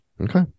Okay